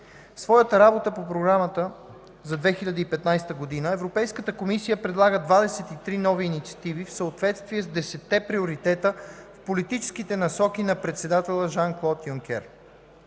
своята Работна програма за 2015 г. Европейската комисия предлага 23 нови инициативи в съответствие с десетте приоритета в Политическите насоки на председателя Жан-Клод Юнкер,